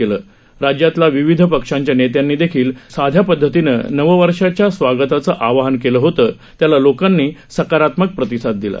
केलं राज्यातल्या विविध पक्षांच्या नेत्यांनी देखील साध्यापद्धतिनं नववर्षाच्या स्वागताचं आवाहन केलं होतं त्याला लोकांनी सकारात्मक प्रतिसाद दिला